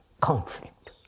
conflict